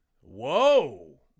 Whoa